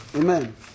Amen